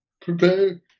prepare